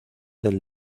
del